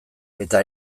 eta